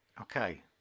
Okay